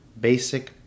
Basic